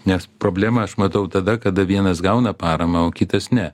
nes problemą aš matau tada kada vienas gauna paramą o kitas ne